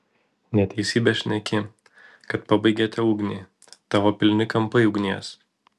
neteisybę šneki kad pabaigėte ugnį tavo pilni kampai ugnies